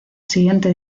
siguiente